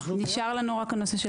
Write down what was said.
נשאר לנו רק הנושא של